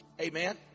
Amen